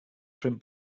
print